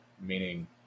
meaning